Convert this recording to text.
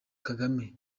kagame